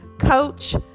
coach